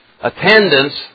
attendance